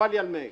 חבל לי על מאיר.